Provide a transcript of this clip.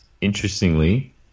interestingly